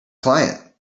client